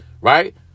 right